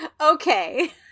okay